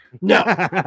No